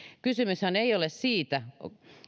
kysymyshän ei ole siitä